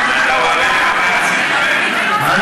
אני